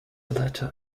latter